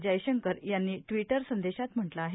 जयशंकर यांनी ट्विटर संदेशात म्हटलं आहे